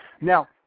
Now